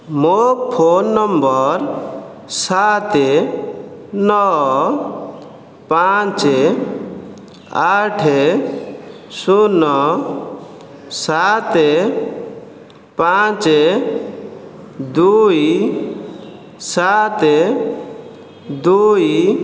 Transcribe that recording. ମୋ phone number ସାତ ନଅ ପାଞ୍ଚ ଆଠ ଶୁନ ସାତ ପାଞ୍ଚ ଦୁଇ ସାତ ଦୁଇ